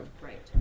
Right